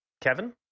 Kevin